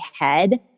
head